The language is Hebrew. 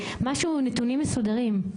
נתונים מסודרים?